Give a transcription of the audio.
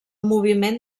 moviment